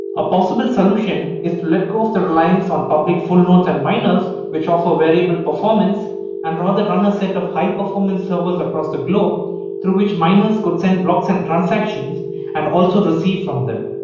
a possible solution is to let go of the reliance on public full nodes and miners which offer variable performance and rather run a set of high performance servers across the globe through which miners could send blocks and transactions and also receive from them.